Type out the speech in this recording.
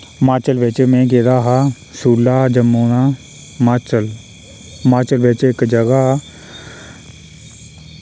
माचल बिच मैं गेदा हा सूला जम्मू दा माचल माचल बिच इक जगह